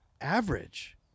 average